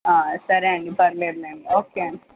సరే అండి పర్లేదులేండి ఓకే అండి